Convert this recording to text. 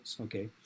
Okay